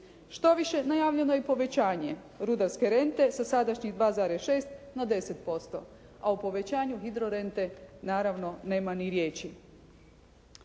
Štoviše, najavljeno je i povećanje rudarske rente sa sadašnjih 2,6 na 10%, a o povećanju hidro rente naravno nema ni riječi.